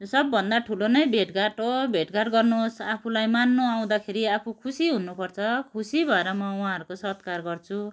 सबभन्दा ठुलो नै भेटघाट हो भेटघाट गर्नुहोस् आफूलाई मान्नु आउँदाखेरि आफू खुसी हुनुपर्छ खुसी भएर म उहाँहरूको सत्कार गर्छु